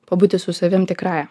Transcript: pabūti su savim tikrąja